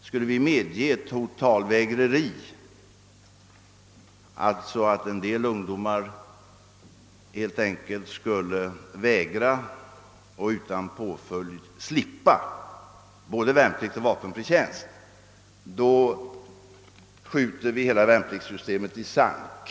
Skulle vi medge »totalvägreri», alltså att en del ungdomar helt enkelt skulle vägra och utan påföljd slippa att göra både värnplikt och vapenfri tjänst, skulle vi skjuta hela värnpliktssystemet i sank.